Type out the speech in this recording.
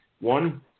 One